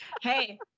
Hey